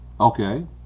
Okay